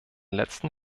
letzten